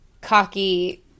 cocky